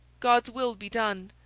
god's will be done!